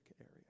area